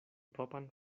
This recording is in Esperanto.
propran